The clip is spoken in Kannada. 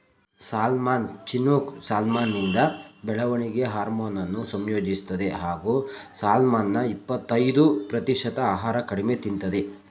ಸಾಲ್ಮನ್ ಚಿನೂಕ್ ಸಾಲ್ಮನಿಂದ ಬೆಳವಣಿಗೆ ಹಾರ್ಮೋನನ್ನು ಸಂಯೋಜಿಸ್ತದೆ ಹಾಗೂ ಸಾಲ್ಮನ್ನ ಇಪ್ಪತಯ್ದು ಪ್ರತಿಶತ ಆಹಾರ ಕಡಿಮೆ ತಿಂತದೆ